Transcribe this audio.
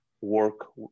work